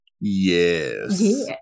Yes